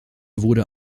wurde